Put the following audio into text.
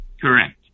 Correct